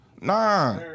Nah